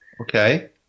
Okay